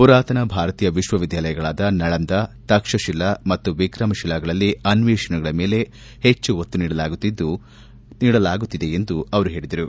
ಪುರಾತನ ಭಾರತೀಯ ವಿಶ್ವವಿದ್ಯಾಲಯಗಳಾದ ನಳಂದ ತಕ್ಷತಿಲಾ ಮತ್ತು ವಿಕ್ರಮಶಿಲಾಗಳಲ್ಲಿ ಅನ್ವೇಷಣೆಗಳ ಮೇಲೆ ಹೆಚ್ಚು ಒತ್ತು ನೀಡಲಾಗುತ್ತಿತ್ತು ಎಂದು ಅವರು ಹೇಳಿದರು